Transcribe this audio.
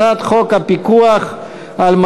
הצעת חוק הפיקוח על